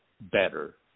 better